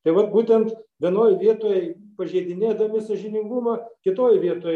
tai vat būtent vienoj vietoj pažeidinėdami sąžiningumą kitoj vietoj